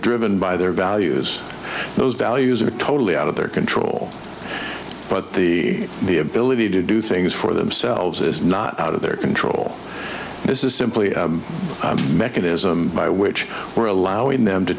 driven by their values those values are totally out of their control but the the ability to do things for themselves is not out of their control this is simply a mechanism by which we're allowing them to